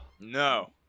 No